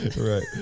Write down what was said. Right